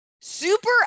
super